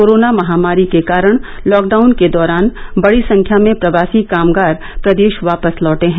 corona महामारी के कारण लॉकडाउन के दौरान बड़ी संख्या में प्रवासी कामगार प्रदेश वापस लौटे हैं